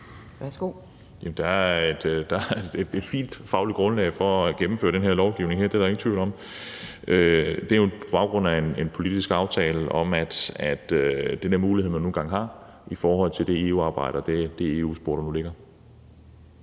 der er et fint fagligt grundlag for at gennemføre den her lovgivning. Det er der ingen tvivl om. Det sker jo på baggrund af en politisk aftale om at bruge den mulighed, man nu engang har i forhold til det EU-arbejde og det EU-spor, der ligger.